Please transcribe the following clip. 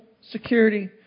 security